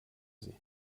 sie